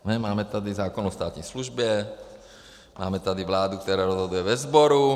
Máme tady zákon o státní službě, máme tady vládu, která rozhoduje ve sboru.